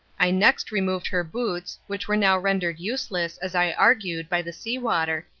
i next removed her boots, which were now rendered useless, as i argued, by the sea-water,